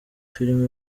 filime